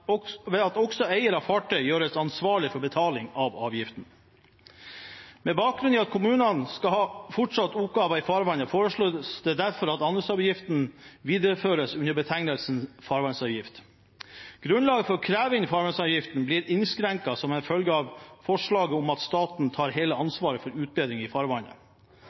også eier av fartøy gjøres ansvarlig for betaling av avgiften. Med bakgrunn i at kommunene fortsatt skal ha oppgaver i farvannet, foreslås det derfor at anløpsavgiften videreføres under betegnelsen farvannsavgift. Grunnlaget for å kreve inn farvannsavgift blir innskrenket som en følge av forslaget om at staten tar hele ansvaret for utbedringer i farvannet.